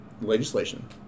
legislation